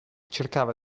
cercava